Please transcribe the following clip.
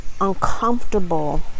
uncomfortable